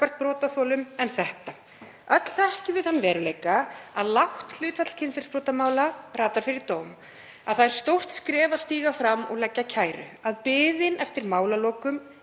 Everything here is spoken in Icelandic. brotaþolum en þetta. Öll þekkjum við þann veruleika að lágt hlutfall kynferðisbrotamála ratar fyrir dóm, að það er stórt skref að stíga fram og leggja fram kæru, að biðin eftir málalokum